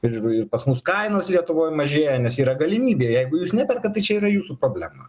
ir ir pas mus kainos lietuvoj mažėja nes yra galimybė jeigu jūs neperkat tai čia yra jūsų problema